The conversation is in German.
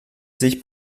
sich